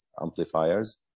amplifiers